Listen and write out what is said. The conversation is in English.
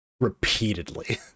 repeatedly